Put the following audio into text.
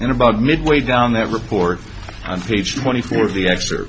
and about midway down that report on page twenty four of the ex